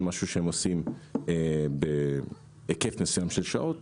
זה משהו שהם עושים בהיקף מסוים של שעות.